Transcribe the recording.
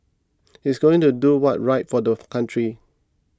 he's going to do what's right for the country